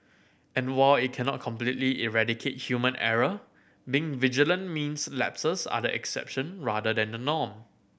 and while it cannot completely eradicate human error being vigilant means lapses are the exception rather than the norm